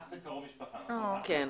אח זה קרוב משפחה, נכון?